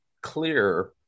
clear